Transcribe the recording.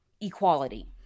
equality